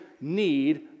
need